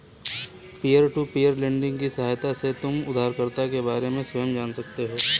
peer to peer lending की सहायता से तुम उधारकर्ता के बारे में स्वयं जान सकते हो